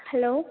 hello